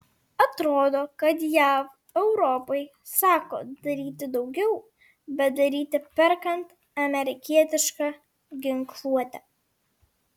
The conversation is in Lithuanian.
atrodo kad jav europai sako daryti daugiau bet daryti perkant amerikietišką ginkluotę